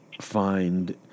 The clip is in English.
find